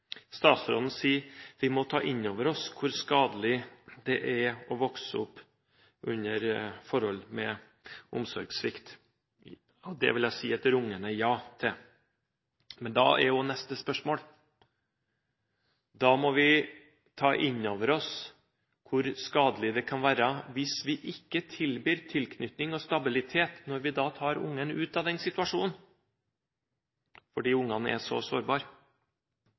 Statsråden sier at vi må ta innover oss hvor skadelig det er å vokse opp under forhold med omsorgssvikt. Det vil jeg si et rungende ja til. Men da er det neste: Vi må ta innover oss hvor skadelig det kan være hvis vi ikke tilbyr tilknytning og stabilitet når vi tar ungen ut av en situasjon, fordi unger er så